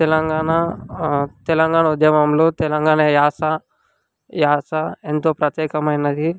తెలంగాణ తెలంగాణ ఉద్యమంలో తెలంగాణ యాస యాస ఎంతో ప్రత్యేకమైనది